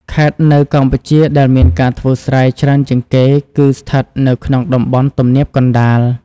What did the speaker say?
ខេត្តនៅកម្ពុជាដែលមានការធ្វើស្រែច្រើនជាងគេ គឺស្ថិតនៅក្នុងតំបន់ទំនាបកណ្តាល។